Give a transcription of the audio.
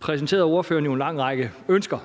præsenterede ordføreren jo en lang række ønsker